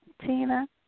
Tina